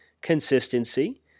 consistency